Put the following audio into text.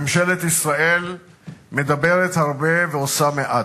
ממשלת ישראל מדברת הרבה ועושה מעט.